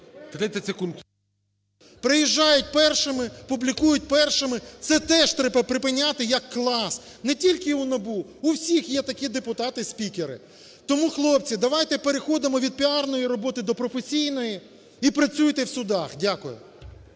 приїжджають першими, публікують першими. Це теж треба припиняти, як клас, не тільки у НАБУ, у всіх є такі депутати-спікери. Тому, хлопці, давайте переходимо від піарної роботи до професійної, і працюйте в судах. Дякую.